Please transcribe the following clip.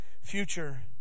future